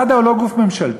מד"א אינו גוף ממשלתי,